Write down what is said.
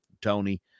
Tony